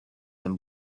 them